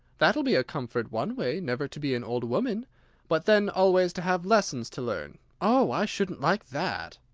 that'll be a comfort, one way never to be an old woman but then always to have lessons to learn! oh, i shouldn't like that!